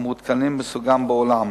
מהמעודכנים בסוגם בעולם.